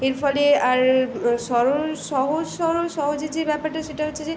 এর ফলে আর সরল সহজ সরল সহজের যে ব্যাপারটা সেটা হচ্ছে যে